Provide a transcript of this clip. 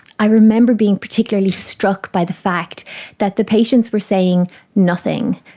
i remember being particularly struck by the fact that the patients were saying nothing.